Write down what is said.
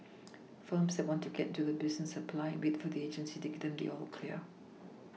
firms that want to get into the business apply and wait for the agency to give them the all clear